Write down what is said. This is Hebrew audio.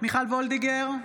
מיכל וולדיגר,